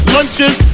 Lunches